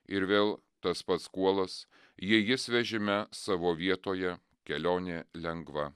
ir vėl tas pats kuolas jei jis vežime savo vietoje kelionė lengva